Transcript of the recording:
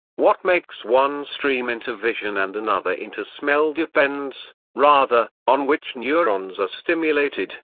what makes one stream into vision and another into smell depends, rather, on which neurons are stimulated.